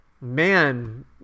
man